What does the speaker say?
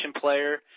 player